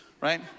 right